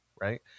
Right